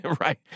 right